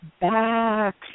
back